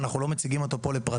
ואנחנו לא מציגים אותו לפרטיו.